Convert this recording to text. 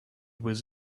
was